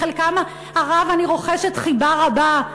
לחלקם הרב אני רוחשת חיבה רבה,